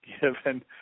given